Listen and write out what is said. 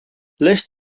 lässt